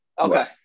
okay